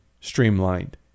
streamlined